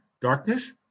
Darkness